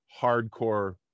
hardcore